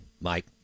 Mike